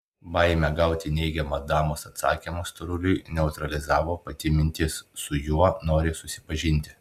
baimė gauti neigiamą damos atsakymą storuliui neutralizavo pati mintis su juo nori susipažinti